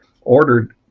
ordered